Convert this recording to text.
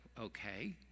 okay